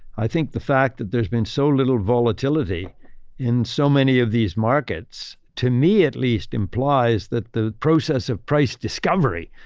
i think the fact that there's been so little volatility in so many of these markets, to me at least implies that the process of price discovery.